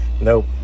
nope